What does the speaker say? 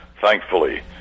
thankfully